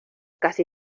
casi